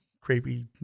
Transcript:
creepy